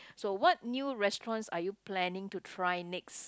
so what new restaurants are you planning to try next